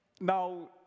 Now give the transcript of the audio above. Now